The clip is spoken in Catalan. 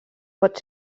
pot